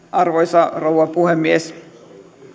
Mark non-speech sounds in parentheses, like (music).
(unintelligible) arvoisa rouva puhemies